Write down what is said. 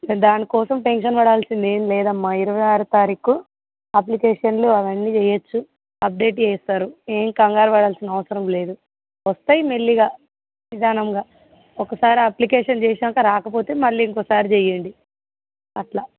దానికోసం టెన్షన్ పడాల్సిందెం లేదమ్మా ఇరవై ఆరు తారీకు అప్లికేషన్లు అవన్నీ చేయొచ్చు అప్డేట్ చేస్తారు ఏం కంగారు పడాల్సిన అవసరం లేదు వస్తాయి మెల్లిగా నిధానంగా ఒకసారి అప్లికేషన్ చేసాక రాకపోతే మళ్ళీ ఇంకోసారి చెయండి అట్లా